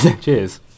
Cheers